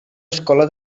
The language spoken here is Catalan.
escola